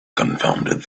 confounded